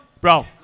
Bro